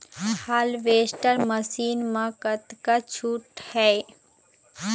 Harvester machine मा कतका छूट हे?